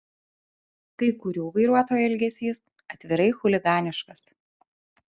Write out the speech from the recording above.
kai kurių vairuotojų elgesys atvirai chuliganiškas